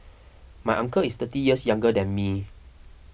my uncle is thirty years younger than me